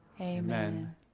Amen